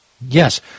yes